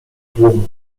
tłum